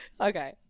Okay